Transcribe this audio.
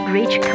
reach